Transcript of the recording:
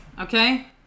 okay